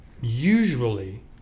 usually